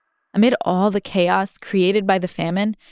amid all the chaos created by the famine,